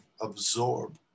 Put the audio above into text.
absorb